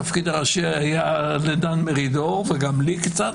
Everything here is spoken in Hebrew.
התפקיד הראשי היה של דן מרידור, וגם שלי קצת.